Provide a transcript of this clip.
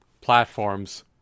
platforms